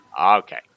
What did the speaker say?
okay